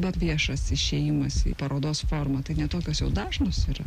bet viešas išėjimas į parodos formą tai ne tokios jau dažnos yra